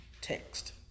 text